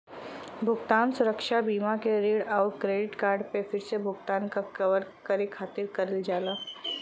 भुगतान सुरक्षा बीमा के ऋण आउर क्रेडिट कार्ड पे फिर से भुगतान के कवर करे खातिर करल जाला